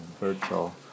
virtual